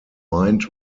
mind